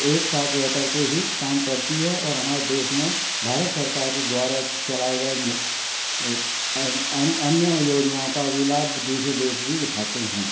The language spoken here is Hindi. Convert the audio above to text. एक साथ रह करके ही काम करती है और हमारे देश में भारत सरकार द्वारा चलाए गए अन्य योजनाओं का भी लाभ दूसरे देश भी उठाते हैं